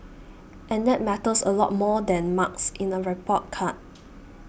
and that matters a lot more than marks in a report card